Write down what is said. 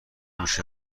میشه